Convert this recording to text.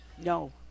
No